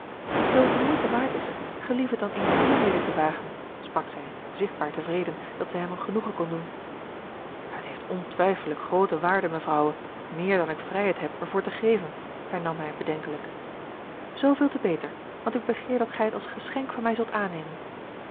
het de moeite waard is gelief het dan eens hiermede te wagen sprak zij zichtbaar tevreden dat zij hem een genoegen kon doen het heeft ontwijfelijk groote waarde mevrouwe meer dan ik vrijheid heb er voor te geven hernam hij bedenkelijk zooveel te beter want ik begeer dat gij het als geschenk van mij zult aannemen